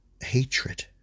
hatred